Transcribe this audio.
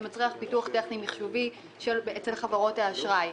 מצריך פיתוח טכני מחשובי אצל חברות האשראי.